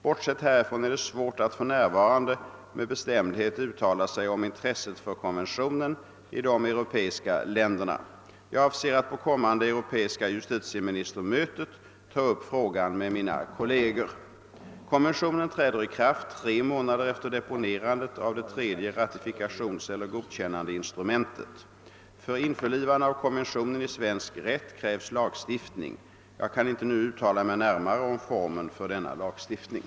Bortsett härifrån är det svårt att för närvarande med bestämdhet uttala sig om intresset för konventionen i de europeiska länderna. Jag avser att på det kommande europeiska justitieministermötet ta upp frågan med mina kolleger. Konventionen träder i kraft tre månader efter deponerandet av det tredje ratifikationseller godkännandeinstrumentet. För införlivande av konventionen i svensk rätt krävs lagstiftning. Jag kan inte nu uttala mig närmare om formen för denna lagstiftning.